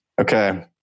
okay